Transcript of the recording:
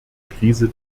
krise